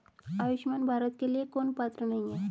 आयुष्मान भारत के लिए कौन पात्र नहीं है?